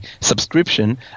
subscription